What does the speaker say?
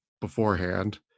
beforehand